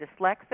dyslexic